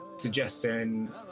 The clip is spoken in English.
suggesting